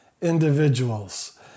individuals